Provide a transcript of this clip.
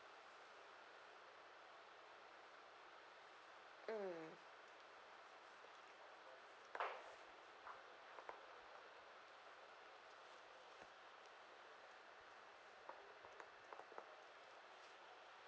mm